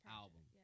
album